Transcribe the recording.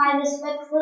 respectful